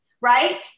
right